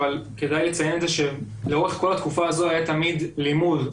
כדאי לציין שלאורך התקופה הזו היה תמיד לימוד.